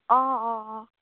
অঁ অঁ অঁ